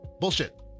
Bullshit